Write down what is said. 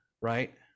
right